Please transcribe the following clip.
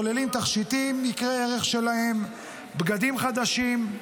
הכוללים תכשיטים יקרי ערך שלהם, בגדים חדשים,